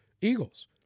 Eagles